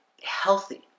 healthy